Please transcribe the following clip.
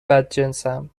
بدجنسم